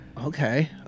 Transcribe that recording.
Okay